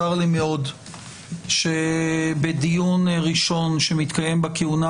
צר לי מאוד שבדיון ראשון שמתקיים בכהונה